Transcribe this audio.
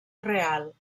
real